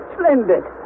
Splendid